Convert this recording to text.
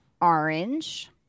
orange